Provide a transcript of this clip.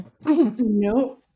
No